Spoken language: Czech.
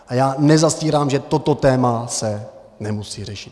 A já nezastírám, že toto téma se musí řešit.